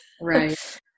Right